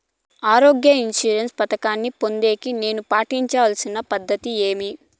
ఆరోగ్య ఇన్సూరెన్సు పథకాన్ని పొందేకి నేను పాటించాల్సిన పద్ధతి ఏమి?